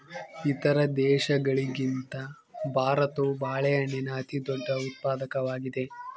ಇತರ ದೇಶಗಳಿಗಿಂತ ಭಾರತವು ಬಾಳೆಹಣ್ಣಿನ ಅತಿದೊಡ್ಡ ಉತ್ಪಾದಕವಾಗಿದೆ